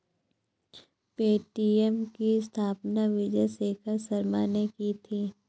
Paytm की स्थापना विजय शेखर शर्मा ने की थी